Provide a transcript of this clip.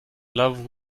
love